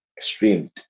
streamed